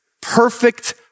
perfect